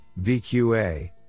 vqa